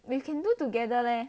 we can do together leh